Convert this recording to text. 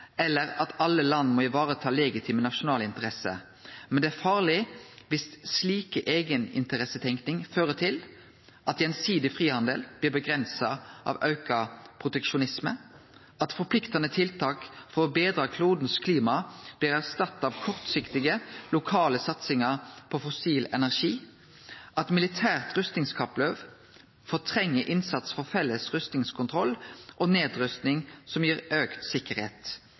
eller at alle land må vareta legitime nasjonale interesser, men det er farleg viss slik eigeninteressetenking fører til at gjensidig frihandel blir avgrensa av auka proteksjonisme, at forpliktande tiltak for å betre klodens klima blir erstatta av kortsiktige lokale satsingar på fossil energi, at militært rustingskappløp fortrengjer innsats for felles rustingskontroll og nedrusting som gir